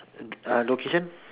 uh location